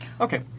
Okay